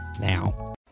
now